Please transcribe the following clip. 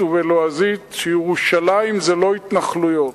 ובלועזית שירושלים זה לא התנחלויות.